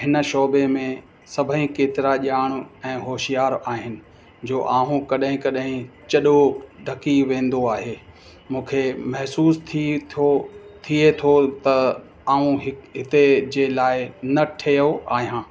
हिन शोबे में सभई केतिरा ॼाण ऐं होशियार आहिनि जो आहूं कॾहिं कॾहिं चॾो ढकी वेंदो आहे मूंखे महिसूसु थिये थो थिए थो त ऐं हीअ हिते जे लाइ न ठहियो आहियां